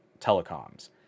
telecoms